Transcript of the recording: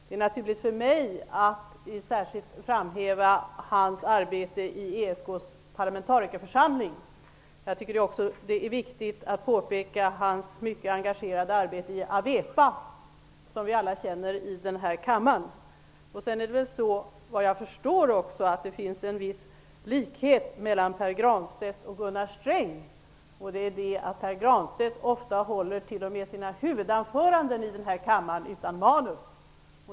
Det är naturligt för mig att särskilt framhäva hans arbete i ESK:s parlamentarikerförsamling. Jag tycker också att det är viktigt att påpeka hans mycket engagerade arbete i AWEPA, som vi alla i den här kammaren känner till. Jag förstår också att det finns en viss likhet mellan Pär Granstedt och Gunnar Sträng. Det är att Pär Granstedt ofta håller t.o.m. sina huvudanföranden i den här kammaren utan manus.